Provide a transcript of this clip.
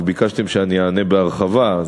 וביקשתם שאני אענה בהרחבה,